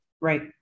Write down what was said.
Right